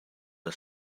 das